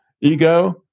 ego